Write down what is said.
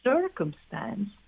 circumstance